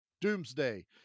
Doomsday